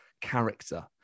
character